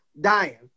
dying